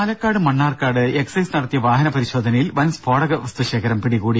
ദര പാലക്കാട് മണ്ണാർക്കാട് എക്സൈസ് നടത്തിയ വാഹന പരിശോധനയിൽ വൻ സ്ഫോടക വസ്തു ശേഖരം പിടികൂടി